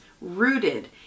rooted